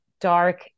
dark